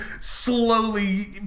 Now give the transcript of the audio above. slowly